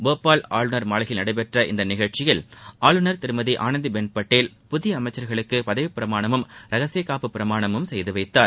போபால் ஆளுநர் மாளிகையில் நடைபெற்ற இந்த நிகழ்ச்சியில் ஆளுநர் திருமதி ஆளந்திபென் பட்டேல் புதிய அமைச்சர்களுக்கு பதவி பிரமாணமும் ரகசிய காப்பு பிரமாணமும் செய்துவைத்தார்